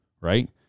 right